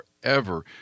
forever